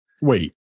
Wait